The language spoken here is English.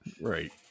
Right